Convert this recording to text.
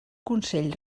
consell